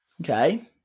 Okay